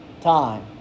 time